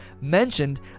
mentioned